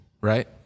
right